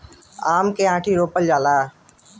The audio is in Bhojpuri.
आम के आंठी रोपल जाला